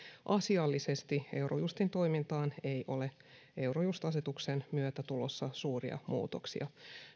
asiallisesti eurojustin toimintaan ei ole eurojust asetuksen myötä tulossa suuria muutoksia